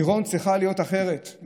מירון צריכה להיות אחרת.